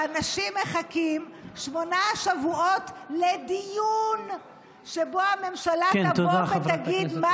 שאנשים מחכים שמונה שבועות לדיון שבו הממשלה תבוא ותגיד,